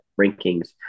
rankings